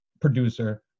producer